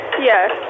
Yes